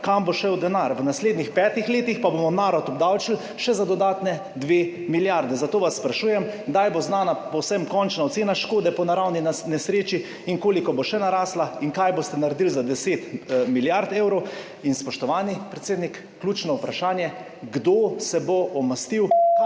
Kam bo šel denar? V naslednjih 5 letih pa bomo narod obdavčili še za dodatni 2 milijardi. Zato vas sprašujem: Kdaj bo znana povsem končna ocena škode po naravni nesreči? Koliko bo še narasla? Kaj boste naredili za 10 milijard evrov? In, spoštovani predsednik, ključno vprašanje: Kdo se bo omastil? Kam